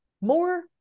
More